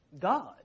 God